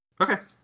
Okay